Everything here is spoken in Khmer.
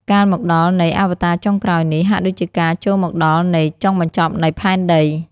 កាលមកដល់នៃអវតារចុងក្រោយនេះ ហាក់ដូចជាការចូលមកដល់នៃ ចុងបញ្ចប់នៃផែនដី។